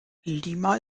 lima